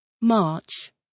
March